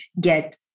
get